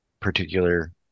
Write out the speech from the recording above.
particular